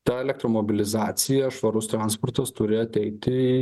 ta elektromobilizacija švarus transportas turi ateiti